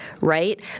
right